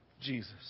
Jesus